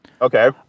okay